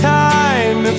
time